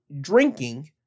drinking